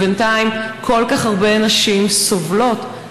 ובינתיים כל כך הרבה נשים סובלות,